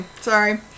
sorry